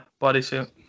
bodysuit